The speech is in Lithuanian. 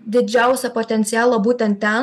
didžiausią potencialą būtent ten